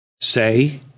say